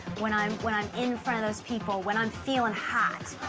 when i'm when i'm in front of those people, when i'm feelin' hot.